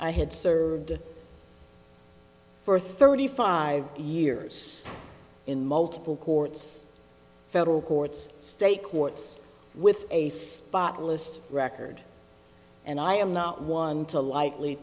i had served for thirty five years in multiple courts federal courts state courts with a spotless record and i am not one to lightly